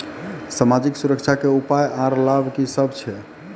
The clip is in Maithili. समाजिक सुरक्षा के उपाय आर लाभ की सभ छै?